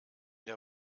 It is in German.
der